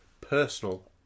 personal